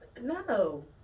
No